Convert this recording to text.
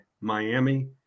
Miami